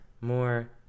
more